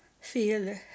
feel